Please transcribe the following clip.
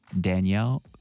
Danielle